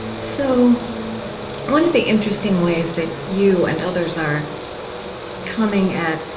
so one of the interesting ways that you and others are coming at,